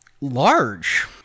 large